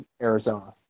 Arizona